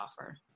offer